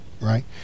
right